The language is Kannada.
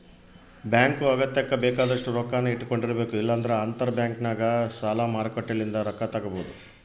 ಬ್ಯಾಂಕು ಅಗತ್ಯಕ್ಕ ಬೇಕಾದಷ್ಟು ರೊಕ್ಕನ್ನ ಇಟ್ಟಕೊಂಡಿರಬೇಕು, ಇಲ್ಲಂದ್ರ ಅಂತರಬ್ಯಾಂಕ್ನಗ ಸಾಲ ಮಾರುಕಟ್ಟೆಲಿಂದ ರೊಕ್ಕ ತಗಬೊದು